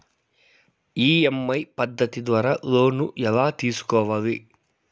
EMI పద్ధతి ద్వారా loan ఎలా తీసుకోవాలి